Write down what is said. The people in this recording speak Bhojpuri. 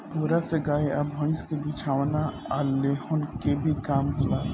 पुआरा से गाय आ भईस के बिछवाना आ लेहन के भी काम होला